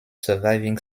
surviving